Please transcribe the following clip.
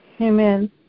Amen